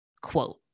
quote